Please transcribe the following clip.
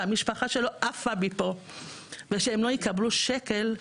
שהמשפחה שלו עפה מפה ושהם לא יקבלו שקל,